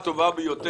בצורה הטובה ביותר.